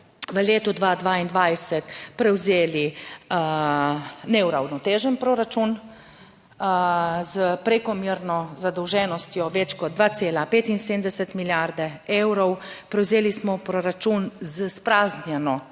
v letu 2022 prevzeli neuravnotežen proračun, s prekomerno zadolženostjo več kot 2,75 milijarde evrov, prevzeli smo proračun z izpraznjeno